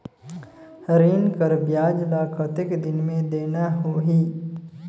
ऋण कर ब्याज ला कतेक दिन मे देना होही?